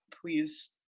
please